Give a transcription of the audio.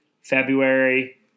February